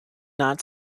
not